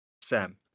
Sam